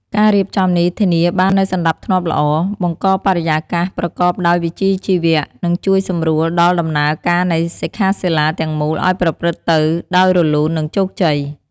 ការរៀបចំនេះធានាបាននូវសណ្តាប់ធ្នាប់ល្អ បង្កបរិយាកាសប្រកបដោយវិជ្ជាជីវៈ និងជួយសម្រួលដល់ដំណើរការនៃសិក្ខាសាលាទាំងមូលឲ្យប្រព្រឹត្តទៅដោយរលូន និងជោគជ័យ។